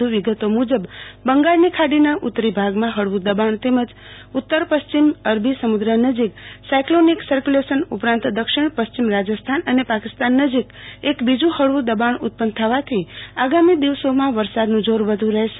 વધુ વિગતો મુજબ બંગાળની ખાડીની ઉતરી ભાગમાં હળવું દબાણ તેમજ ઉત્તર પશ્ચિમ અરબી સમુદ્ર નજીક સાયકલોનિક સરક્યુલેશન ઉપરાંત દક્ષિણ પશ્ચિમ રાજસ્થાન અને પાકિસ્તાન નજીક એક અીજું હળવું દબાણ ઉત્પન્ન થવાથી આગામી દિવસોમાં વરસાદનું જોર વધુ રહેશે